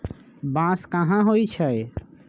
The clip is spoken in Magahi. बांस कहाँ होई छई